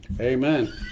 Amen